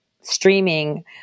streaming